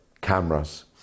cameras